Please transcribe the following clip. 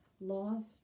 lost